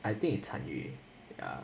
I think is 参与 ya